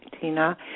Tina